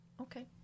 Okay